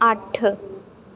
अट्ठ